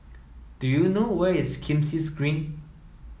do you know where is Kismis Green